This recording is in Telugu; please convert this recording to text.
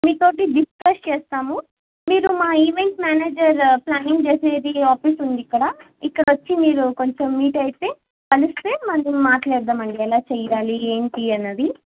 మీ తోటి డిస్కస్ చేస్తాము మీరు మా ఈవెంట్ మ్యానేజర్ ప్ల్యానింగ్ చేసేది ఆఫీస్ ఉంది ఇక్కడ ఇక్కడొచ్చి మీరు కొంచెం మీట్ అయితే కలిస్తే మళ్ళీ మాట్లాడదాం అండి ఎలా చెయ్యాలి ఏంటి అన్నది